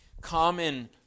common